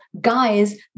guys